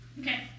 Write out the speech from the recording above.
Okay